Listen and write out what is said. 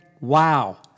wow